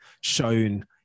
shown